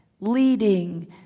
leading